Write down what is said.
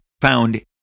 found